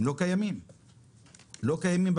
לא קיימים,